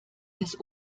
des